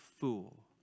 fool